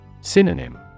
Synonym